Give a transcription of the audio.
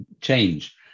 change